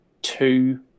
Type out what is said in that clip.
Two